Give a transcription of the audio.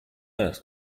earth